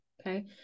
okay